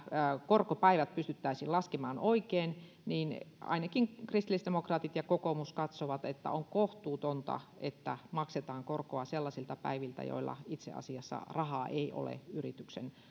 korkopäivät pystyttäisiin laskemaan oikein niin ainakin kristillisdemokraatit ja kokoomus katsovat että on kohtuutonta että maksetaan korkoa sellaisilta päiviltä joilla itse asiassa rahaa ei ole yrityksen